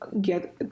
get